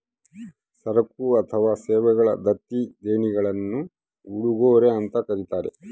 ಸರಕು ಅಥವಾ ಸೇವೆಗಳ ದತ್ತಿ ದೇಣಿಗೆಗುಳ್ನ ಉಡುಗೊರೆ ಅಂತ ಕರೀತಾರ